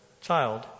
child